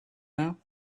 now